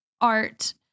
art